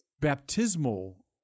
baptismal